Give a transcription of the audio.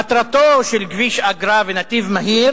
מטרתו של כביש אגרה ושל נתיב מהיר